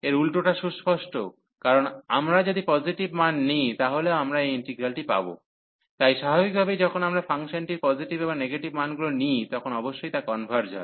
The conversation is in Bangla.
এর উলটোটা সুস্পষ্ট কারণ আমরা যদি পজিটিভ মান নিই তাহলেও আমরা এই ইন্টিগ্রালটি পাব তাই স্বাভাবিকভাবেই যখন আমরা ফাংশনটির পজিটিভ এবং নেগেটিভ মানগুলি নিই তখন অবশ্যই তা কনভার্জ হয়